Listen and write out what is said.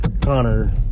Connor